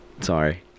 sorry